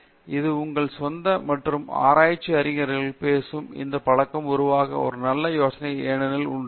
எனவே இது உங்கள் சொந்த மற்ற ஆராய்ச்சி அறிஞர்கள் பேசும் இந்த பழக்கம் உருவாக்க ஒரு நல்ல யோசனை ஏனெனில் இது ஒரு நல்ல ஒலி குழு உள்ளது